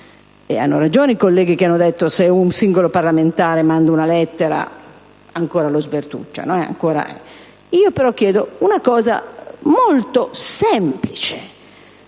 hanno ragione i colleghi che hanno detto che se un singolo parlamentare invia una lettera ancora lo sbertucciano, ma io chiedo una cosa molto semplice: